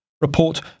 report